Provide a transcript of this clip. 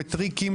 בטריקים,